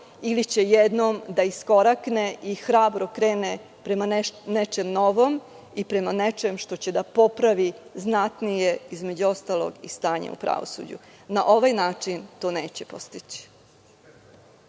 ili će jednom da iskorakne i hrabro krene prema nečem novom i prema nečem što će da popravi znatnije, između ostalog, i stanje u pravosuđu. Na ovaj način to neće postići.